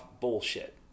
bullshit